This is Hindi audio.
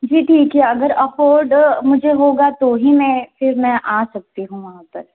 जी ठीक है अगर अफोर्ड मुझे होगा तो ही मैं फिर मैं आ सकती हूँ वहाँ पर